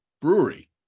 brewery